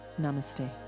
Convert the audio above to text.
Namaste